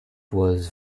was